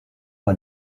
war